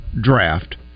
draft